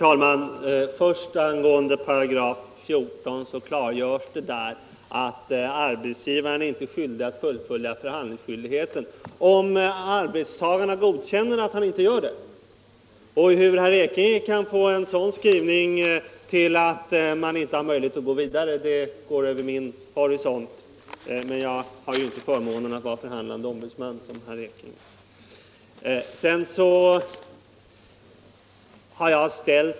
Vi vill inte vara med om att ha kvar ett lagförbud.